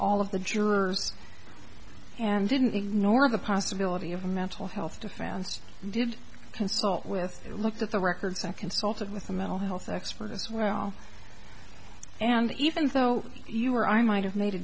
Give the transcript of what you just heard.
all of the jurors and didn't ignore the possibility of a mental health defense did consult with it looked at the records and consulted with a mental health expert as well and even though you or i might have made a